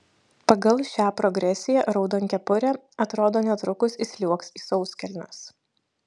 pagal šią progresiją raudonkepurė atrodo netrukus įsliuogs į sauskelnes